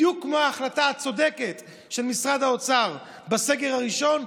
בדיוק כמו ההחלטה הצודקת של משרד האוצר בסגר הראשון,